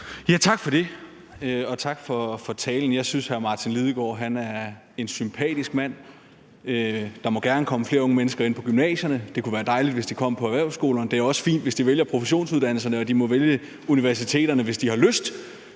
Tak for det, og tak for talen. Jeg synes, hr. Martin Lidegaard er en sympatisk mand. Han siger, at der gerne må komme flere unge mennesker ind på gymnasierne; det kunne være dejligt, hvis de kom på erhvervsskolerne, og det er også fint, hvis de vælger professionsuddannelserne, og de må vælge universiteterne, hvis de har lyst.